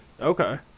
Okay